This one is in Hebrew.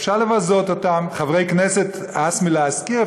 אפשר לבזות אותם, חברי כנסת, הס מלהזכיר.